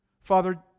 Father